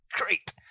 Great